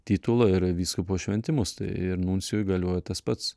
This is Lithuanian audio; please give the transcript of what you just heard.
titulą ir vyskupo šventimus tai ir nuncijui galioja tas pats